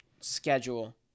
Schedule